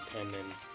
independent